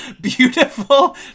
Beautiful